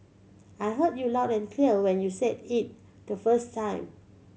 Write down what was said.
I heard you loud and clear when you said it the first time